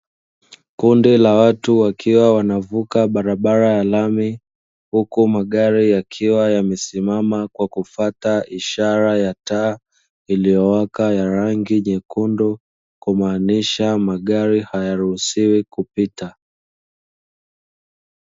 Kundi la watu wakiwa wanavuka barabara ya rami huku magari yakiwa yamesimama kwa kufuata ishara ya taa iliyowaka ya rangi nyekundu kumaanisha magari hayaruhusiwi kupita.